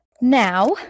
Now